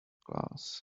class